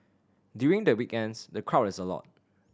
during the weekends the crowd is a lot